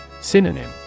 Synonym